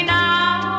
now